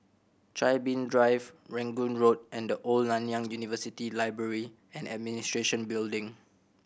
Chin Bee Drive Rangoon Road and The Old Nanyang University Library and Administration Building